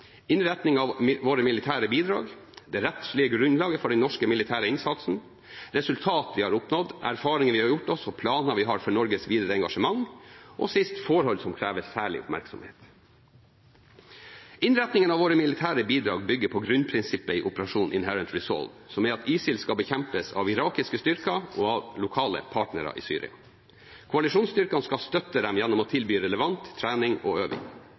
av våre militære bidrag det rettslige grunnlaget for den norske militære innsatsen resultater vi har oppnådd, erfaringer vi har gjort oss, og planer vi har for Norges videre engasjement forhold som krever særlig oppmerksomhet Innretningen av våre militære bidrag bygger på grunnprinsippet i operasjon Inherent Resolve, som er at ISIL skal bekjempes av irakiske styrker og av lokale partnere i Syria. Koalisjonsstyrkene skal støtte dem gjennom å tilby relevant trening og øving.